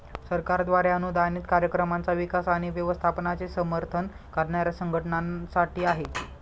सरकारद्वारे अनुदानित कार्यक्रमांचा विकास आणि व्यवस्थापनाचे समर्थन करणाऱ्या संघटनांसाठी आहे